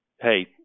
hey